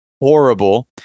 horrible